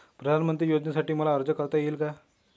पंतप्रधान योजनेसाठी मला अर्ज करता येईल का?